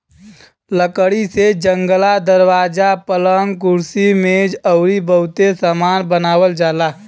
लकड़ी से जंगला, दरवाजा, पलंग, कुर्सी मेज अउरी बहुते सामान बनावल जाला